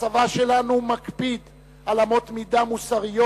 הצבא שלנו מקפיד על אמות מידה מוסריות,